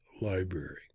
Library